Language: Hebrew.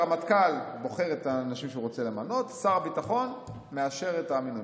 הרמטכ"ל בוחר את האנשים שהוא רוצה למנות ושר הביטחון מאשר את המינוי.